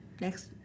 next